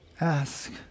ask